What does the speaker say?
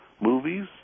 movies